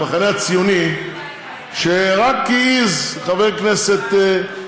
לא, שלא תגיד שטויות.